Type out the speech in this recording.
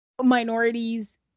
minorities